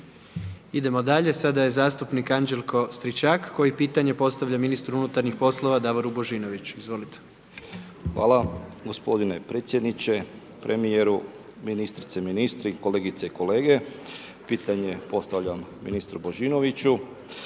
Idemo dalje. Sada je dalje zastupnik Anđelko Stričak koji pitanje postavlja ministru unutarnji poslova Davoru Božinoviću, izvolite. **Stričak, Anđelko (HDZ)** Hvala gospodine predsjedniče. Premijeru, ministrice, ministri, kolegice i kolege. Pitanje postavljam ministru Božinoviću.